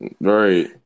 right